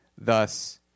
Thus